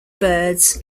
birds